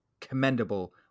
commendable